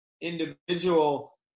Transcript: individual